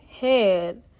head